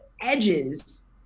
edges